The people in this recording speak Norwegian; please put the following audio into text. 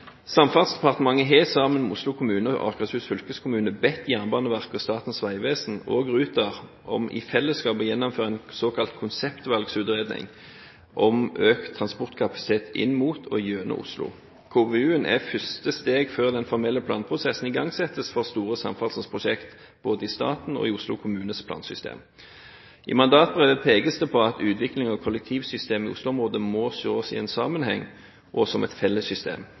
Samferdselsdepartementet har sammen med Oslo kommune og Akershus fylkeskommune bedt Jernbaneverket, Statens vegvesen og Ruter om i fellesskap å gjennomføre en såkalt konseptvalgsutredning om økt transportkapasitet inn mot og gjennom Oslo. KVU-en er første steg før den formelle planprosessen igangsettes for store samferdselsprosjekter både i statens og i Oslo kommunes plansystemer. I mandatet pekes det på at utviklingen av kollektivsystemet i Oslo både må ses i en sammenheng og som et felles system.